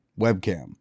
webcam